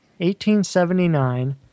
1879